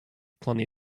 plenty